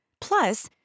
Plus